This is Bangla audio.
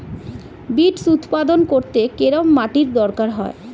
বিটস্ উৎপাদন করতে কেরম মাটির দরকার হয়?